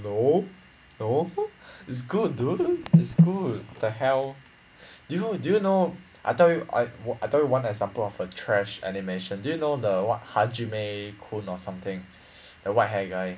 no no is good dude is good the hell do you do you know I tell you I w- I tell you one example of a trash animation do you know the what hajime kun or something the white hair guy